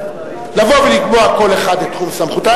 לבוא ולקבוע כל אחת את תחום סמכותה.